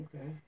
Okay